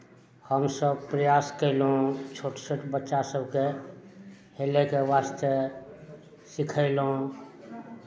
हमसभ प्रयास कयलहुँ छोट छोट बच्चा सभकेँ हेलयके वास्ते सिखयलहुँ